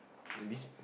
oh this